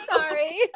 Sorry